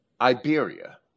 Iberia